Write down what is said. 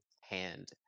hand